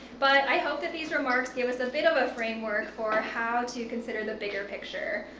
but i hope that these remarks give us a bit of a framework for how to consider the bigger picture.